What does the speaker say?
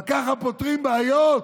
אבל ככה פותרים בעיות?